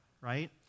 right